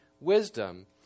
wisdom